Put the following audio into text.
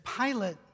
Pilate